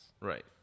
Right